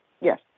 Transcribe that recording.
yes